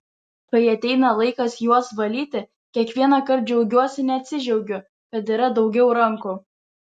kai ateina laikas juos valyti kiekvienąkart džiaugiuosi neatsidžiaugiu kad yra daugiau rankų